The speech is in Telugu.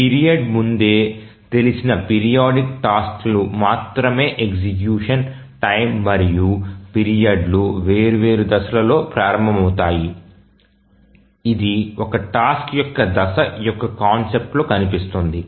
పీరియడ్ ముందే తెలిసిన పీరియాడిక్ టాస్క్లు మాత్రమే ఎగ్జిక్యూషన్ టైమ్ మరియు పీరియడ్లు వేర్వేరు దశలలో ప్రారంభమవుతాయి ఇది ఒక టాస్క్ యొక్క దశ యొక్క కాన్సెప్ట్ లో కనిపిస్తుంది